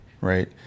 right